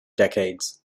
decades